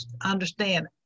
understand